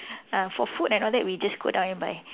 uh for food and all that we just go down and buy